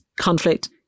conflict